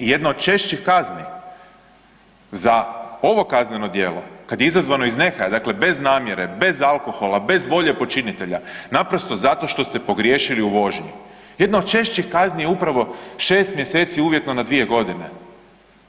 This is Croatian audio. I jedno od češćih kazni za ovo kazneno djelo kad je izazvano iz nehaja, dakle bez namjere, bez alkohola, bez volje počinitelja naprosto zato što ste pogriješili u vožnji, jedna o češćih kazni je upravo 6 mjeseci uvjetno na 2 godine,